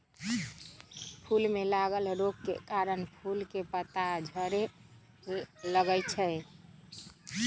फूल में लागल रोग के कारणे फूल के पात झरे लगैए छइ